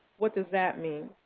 what does that mean?